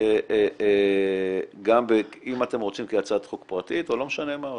אם אתם רוצים כהצעת חוק פרטית, או לא משנה, או